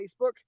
facebook